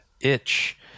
itch